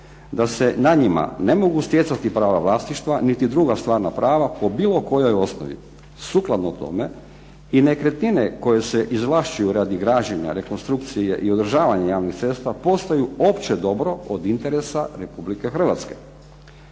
da se na njima ne mogu stjecati prava vlasništva, niti druga stvarna prava po bilo kojoj osnovi. Sukladno tome i nekretnine koje se izvlašćuju radi građenja, rekonstrukcije i održavanja javnih cesta, postaju opće dobro od interesa Republike Hrvatske.